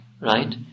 right